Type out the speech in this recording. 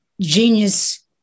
genius